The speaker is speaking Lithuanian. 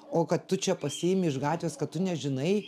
o kad tu čia pasiimi iš gatvės kad tu nežinai